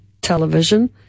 television